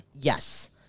Yes